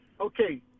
okay